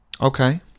Okay